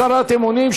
הצהרת אמונים),